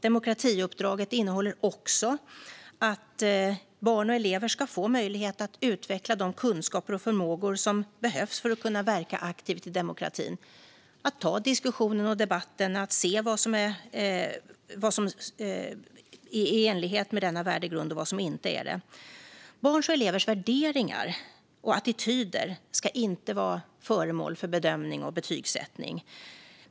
Demokratiuppdraget innefattar också att barn och elever ska få möjlighet att utveckla de kunskaper och förmågor som behövs för att de ska kunna verka aktivt i demokratin - att ta diskussionen och debatten och att se vad som är i enlighet med denna värdegrund och vad som inte är det. Barns och elevers värderingar och attityder ska inte vara föremål för bedömning och betygsättning.